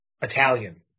Italian